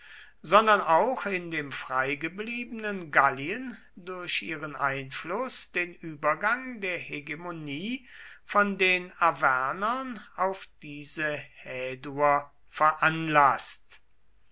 sondern auch in dem freigebliebenen gallien durch ihren einfluß den übergang der hegemonie von den arvernern auf diese häduer veranlaßt